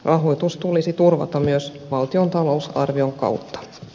rahoitus tulisi turvata myös valtion talousarvion kautta